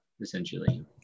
essentially